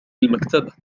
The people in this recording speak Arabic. المكتبة